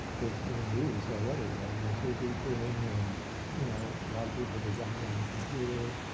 is being used already. i mean, three d printing, and you know a lot of people design on a computer,